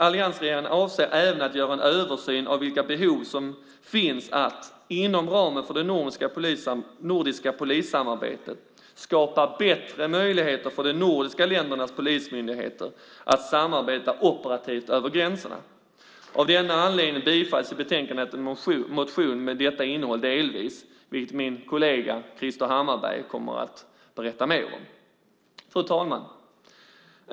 Alliansregeringen avser även att göra en översyn av vilka behov som finns av att inom ramen för det nordiska polissamarbetet skapa bättre möjligheter för de nordiska ländernas polismyndigheter att samarbeta operativt över gränserna. Av denna anledning bifalls i betänkandet en motion med detta innehåll delvis, vilket min kollega Krister Hammarbergh kommer att berätta mer om. Fru talman!